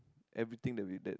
everything that we that